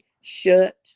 Shut